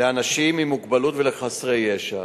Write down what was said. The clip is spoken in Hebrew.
לאנשים עם מוגבלות ולחסרי ישע.